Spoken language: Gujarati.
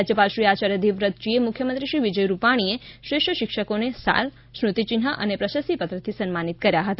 રાજ્યપાલ શ્રી આચાર્ય દેવવ્રતજી અને મુખ્યમંત્રી શ્રી વિજયભાઇ રૂપાણીએ શ્રેષ્ઠ શિક્ષકોને શાલ સ્મૃતિચન્ઠ અને પ્રશસ્તિ પત્રથી સન્માનિત કર્યા હતા